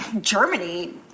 Germany